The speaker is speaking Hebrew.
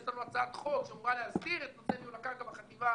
יש לנו הצעת חוק שאמורה להסדיר את הנושא של הקרקע בחטיבה,